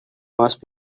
must